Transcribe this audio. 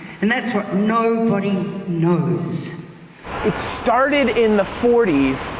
and that's what nobody knows! it started in the forty s,